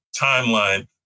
timeline